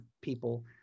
people